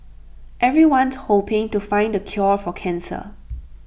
everyone's hoping to find the cure for cancer